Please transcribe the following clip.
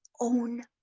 own